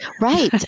Right